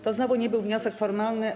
To znowu nie był wniosek formalny.